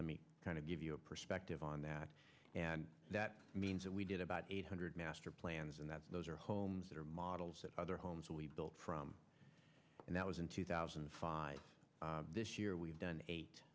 let me kind of give you a perspective on that and that means that we did about eight hundred master plans in that those are homes that are models that other homes will be built from and that was in two thousand and five this year we've done eight